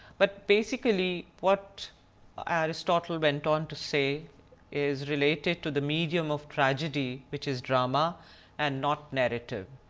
but basically what ah aristotle went on to say is related to the medium of tragedy, which is drama and not narrative.